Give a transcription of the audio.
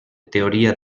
teoria